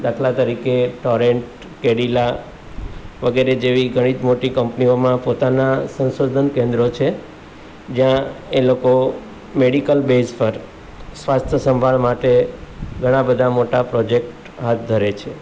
દાખલા તરીકે ટોરેન્ટ કેરીના વગેરે જેવી ઘણી જ મોટી કંપનીઓમાં પોતાના સંશોધન કેન્દ્ર છે જ્યાં એ લોકો મેડિકલ બેઝ પર સ્વાસ્થ્યસંભાળ માટે ઘણા બધા મોટા પ્રોજેક્ટ હાથ ધરે છે